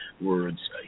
words